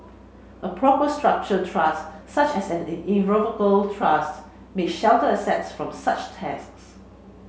a proper structured trust such as an irrevocable trust may shelter assets from such taxes